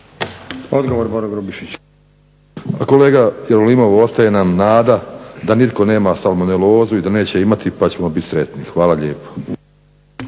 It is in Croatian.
Boro (HDSSB)** Kolega Jerolimov ostaje nam nada da nitko nema salmonelozu i da neće imati pa ćemo biti sretni, hvala lijepo.